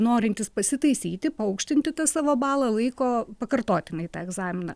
norintys pasitaisyti paaukštinti tą savo balą laiko pakartotinai tą egzaminą